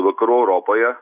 vakarų europoje